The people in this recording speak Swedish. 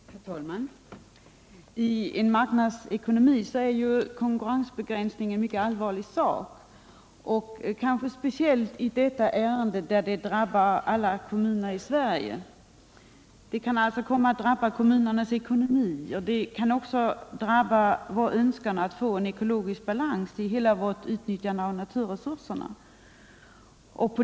Herr talman! I en marknadsekonomi är konkurrensbegränsning en mycket allvarlig företeelse. Det gäller kanske speciellt i detta ärende, som berör alla kommuner i Sverige. En konkurrensbegränsning i detta fall kommer att drabba kommunernas ekonomi och även vår önskan att få en ekologisk balans i utnyttjandet av naturresurserna.